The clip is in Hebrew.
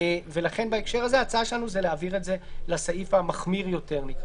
לכן בהקשר הזה ההצעה שלנו היא להעביר את זה לסעיף המחמיר יותר.